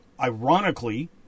ironically